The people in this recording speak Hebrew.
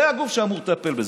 זה הגוף שאמור לטפל בזה.